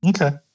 Okay